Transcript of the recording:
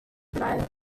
browser